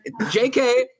JK